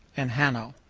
and hano.